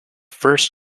first